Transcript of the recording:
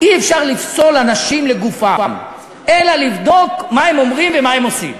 אי-אפשר לפסול אנשים לגופם אלא יש לבדוק מה הם אומרים ומה הם עושים.